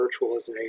virtualization